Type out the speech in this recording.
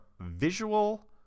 Visual